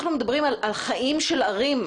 אנחנו מדברים על חיים של ערים,